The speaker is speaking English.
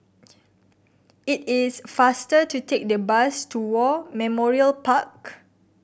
it is faster to take the bus to War Memorial Park